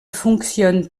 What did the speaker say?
fonctionne